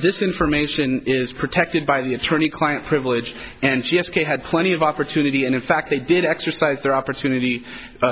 this information is protected by the attorney client privilege and she had plenty of opportunity and in fact they did exercise their opportunity